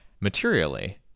materially